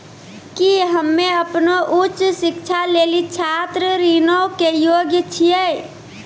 कि हम्मे अपनो उच्च शिक्षा लेली छात्र ऋणो के योग्य छियै?